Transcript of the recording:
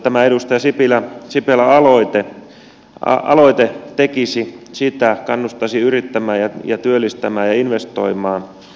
tämä edustaja sipilän aloite tekisi sitä kannustaisi yrittämään ja työllistämään ja investoimaan